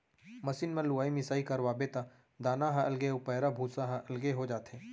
machine म लुवाई मिसाई करवाबे त दाना ह अलगे अउ पैरा भूसा ह अलगे हो जाथे